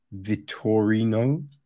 Vittorino